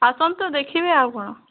ଆସନ୍ତୁ ଦେଖିବେ ଆଉ କଣ